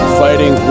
fighting